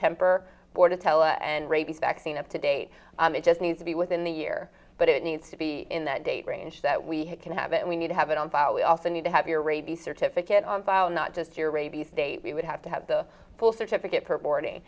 detail and rabies vaccine up to date on that just need to be within the year but it needs to be in that date range that we can have and we need to have it on file we also need to have your rabies certificate on file not just your rabies date we would have to have the full certificate for boarding